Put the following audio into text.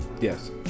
yes